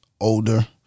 older